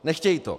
Nechtějí to.